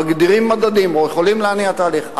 מגדירים מדדים או יכולים להניע תהליך.